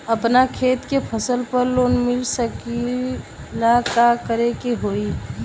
अपना खेत के फसल पर लोन मिल सकीएला का करे के होई?